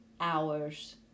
hours